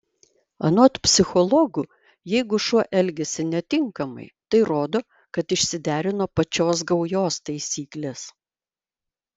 anot psichologų jeigu šuo elgiasi netinkamai tai rodo kad išsiderino pačios gaujos taisyklės